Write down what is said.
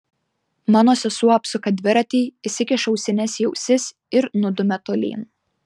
mano sesuo apsuka dviratį įsikiša ausines į ausis ir nudumia tolyn